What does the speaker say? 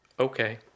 Okay